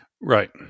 Right